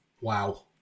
Wow